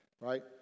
right